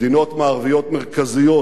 מדינות מערביות מרכזיות